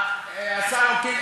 השר אקוניס,